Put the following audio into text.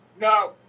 No